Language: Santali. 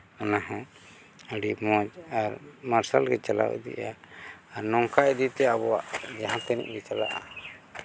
ᱚᱱᱟ ᱦᱚᱸ ᱟᱹᱰᱤ ᱢᱚᱡᱽ ᱟᱨ ᱢᱟᱨᱥᱟᱞ ᱜᱮ ᱪᱟᱞᱟᱣ ᱤᱫᱤᱜᱼᱟ ᱟᱨ ᱱᱚᱝᱠᱟ ᱤᱫᱤ ᱛᱮ ᱟᱵᱚᱣᱟᱜ ᱡᱟᱦᱟᱸ ᱛᱤᱱᱟᱹᱜ ᱜᱮ ᱪᱟᱞᱟᱜᱼᱟ